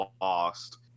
lost